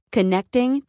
Connecting